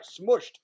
smushed